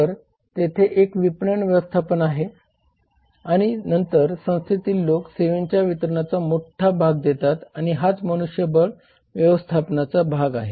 तर तेथे एक विपणन व्यवस्थापन आहे आणि नंतर संस्थेतील लोक सेवेच्या वितरणात मोठा भाग देतात आणि हाच मनुष्यबळ व्यवस्थापन भाग आहे